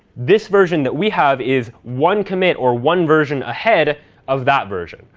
this version that we have is one commit, or one version, ahead of that version.